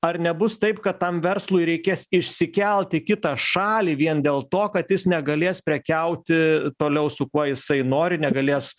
ar nebus taip kad tam verslui reikės išsikelt į kitą šalį vien dėl to kad jis negalės prekiauti toliau su kuo jisai nori negalės